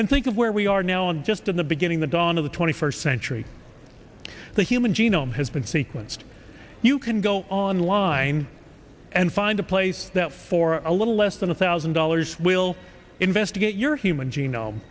and think of where we are now and just in the beginning the dawn of the twenty first century the human genome has been sequenced you can go online and find a place that for a little less than a thousand dollars will investigate your human genome